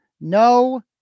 No